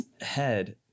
head